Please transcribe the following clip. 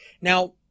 Now